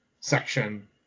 section